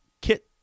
kit